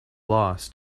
loss